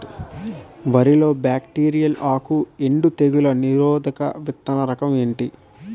వరి లో బ్యాక్టీరియల్ ఆకు ఎండు తెగులు నిరోధక విత్తన రకం ఏంటి?